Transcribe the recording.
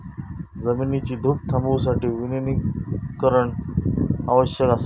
जमिनीची धूप थांबवूसाठी वनीकरण आवश्यक असा